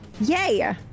Yay